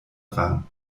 rang